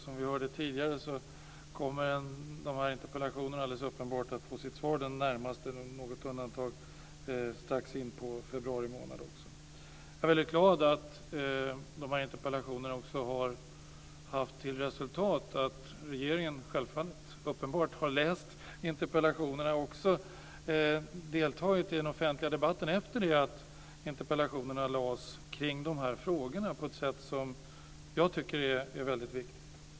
Som vi hörde tidigare kommer dessa interpellationer att besvaras under den närmaste tiden med något undantag. Jag är väldigt glad över att dessa interpellationer har fått som resultat att regeringen har läst interpellationerna och deltagit i den offentliga debatten efter det att de lades fram på ett sätt som jag tycker är väldigt viktigt.